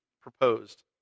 proposed